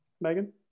Megan